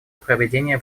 проведения